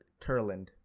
Turland